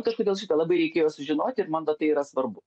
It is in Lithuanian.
kažkodėl šitą labai reikėjo sužinoti ir man va tai yra svarbu